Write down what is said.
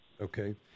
Okay